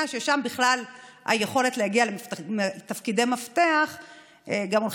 ששם בכלל היכולות להגיע לתפקידי מפתח הולכות